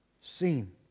seen